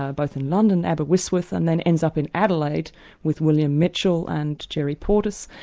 ah both in london, aberystwyth and then ends up in adelaide with william mitchell and jerry portis.